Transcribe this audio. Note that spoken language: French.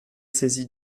saisie